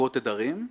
אגרות תדרים.